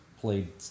played